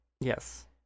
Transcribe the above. yes